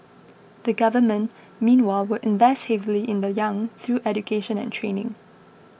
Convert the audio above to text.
the Government meanwhile will invest heavily in the young through education and training